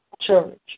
church